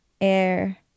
air